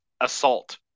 assault